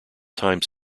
time